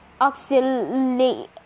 Auxiliary